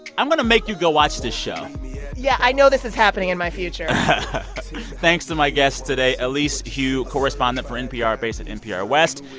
i'm going to make you go watch this show yeah, i know this is happening in my future thanks to my guests today elise hu, correspondent for npr based at npr west,